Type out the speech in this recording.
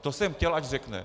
To jsem chtěl, ať řekne.